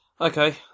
Okay